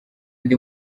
ndi